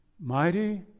Mighty